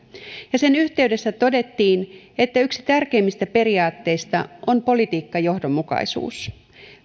ja sen yhteydessä todettiin että yksi tärkeimmistä periaatteista on politiikkajohdonmukaisuus